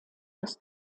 das